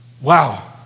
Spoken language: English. Wow